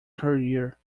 career